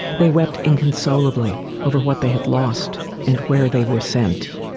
they wept inconsolably over what they had lost and where they were sent